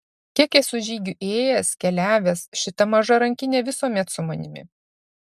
kiek esu žygių ėjęs keliavęs šita maža rankinė visuomet su manimi